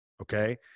Okay